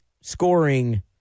scoring